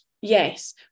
yes